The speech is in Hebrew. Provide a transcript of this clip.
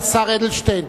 השר אדלשטיין,